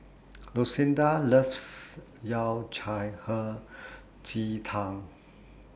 Lucinda loves Yao Cai Hei Ji Tang